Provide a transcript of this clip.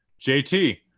JT